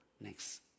Next